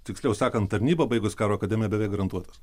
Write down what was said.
tiksliau sakant tarnyba baigus karo akademiją beveik garantuotas